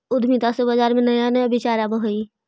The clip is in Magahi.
उद्यमिता से बाजार में नया नया विचार आवऽ हइ